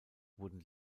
wurden